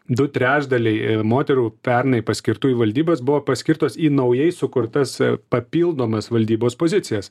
du trečdaliai moterų pernai paskirtų į valdybas buvo paskirtos į naujai sukurtas papildomas valdybos pozicijas